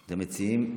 המציעים?